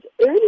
early